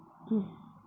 mm